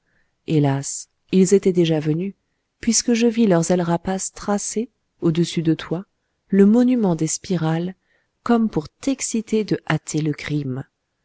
hélas ils étaient déjà venus puisque je vis leurs ailes rapaces tracer au-dessus de toi le monument des spirales comme pour t'exciter de hâter le crime